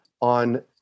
on